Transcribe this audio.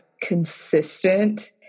consistent